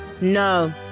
No